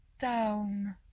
down